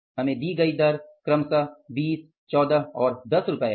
हमें दी गई दर 20 14 10 है